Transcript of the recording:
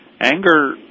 Anger